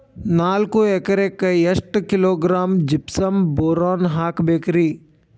ನಾಲ್ಕು ಎಕರೆಕ್ಕ ಎಷ್ಟು ಕಿಲೋಗ್ರಾಂ ಜಿಪ್ಸಮ್ ಬೋರಾನ್ ಹಾಕಬೇಕು ರಿ?